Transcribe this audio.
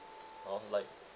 hor like